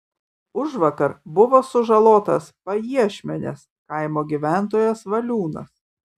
užvakar buvo sužalotas pajiešmenės kaimo gyventojas valiūnas